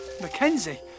Mackenzie